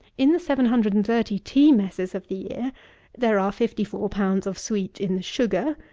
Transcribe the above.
in the seven hundred and thirty tea messes of the year there are fifty four pounds of sweet in the sugar,